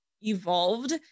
evolved